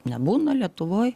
nebūna lietuvoj